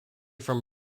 from